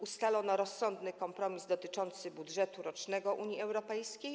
Ustalono rozsądny kompromis dotyczący budżetu rocznego Unii Europejskiej.